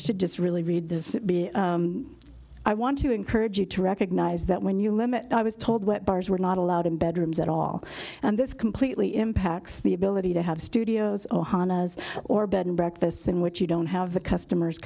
really read this i want to encourage you to recognize that when you limit i was told what bars were not allowed in bedrooms at all and this completely impacts the ability to have studios ohana as or bed and breakfasts in which you don't have the customers